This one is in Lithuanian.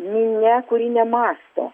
minia kuri nemąsto